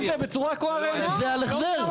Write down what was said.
זה על החזר.